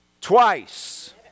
twice